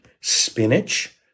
spinach